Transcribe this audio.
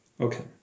Okay